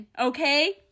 Okay